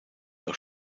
auch